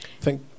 Thank